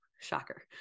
Shocker